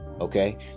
Okay